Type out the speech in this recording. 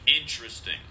Interesting